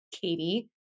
Katie